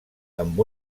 amb